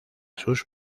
sus